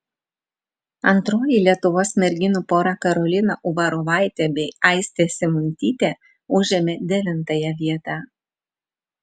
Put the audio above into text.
antroji lietuvos merginų pora karolina uvarovaitė bei aistė simuntytė užėmė devintąją vietą